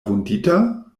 vundita